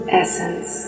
essence